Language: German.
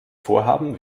vorhaben